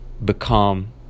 become